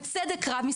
ובצדק רב,